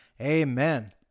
amen